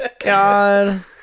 god